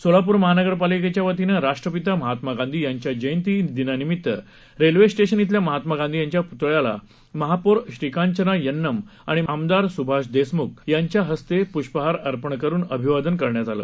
सोलापूर महानगरपालिकेच्या वतीनं राष्ट्रपिता महात्मा गांधी यांच्या जयंती दिनानिमित्तानं रेल्वे स्टेशन इथल्या महात्मा गांधी यांच्या पुतळ्याला महापौर श्रीकांचना यन्नम आणि आमदार सुभाष देशमुख यांच्या हस्ते पुष्पहार अर्पण करून अभिवादन करण्यात आलं